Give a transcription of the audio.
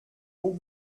haut